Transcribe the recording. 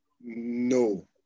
No